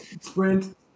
Sprint